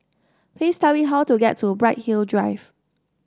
please tell me how to get to Bright Hill Drive